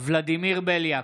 ולדימיר בליאק,